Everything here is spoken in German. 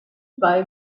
zwei